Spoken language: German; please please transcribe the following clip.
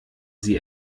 sie